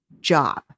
job